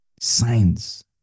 signs